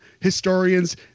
historians